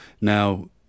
Now